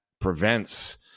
prevents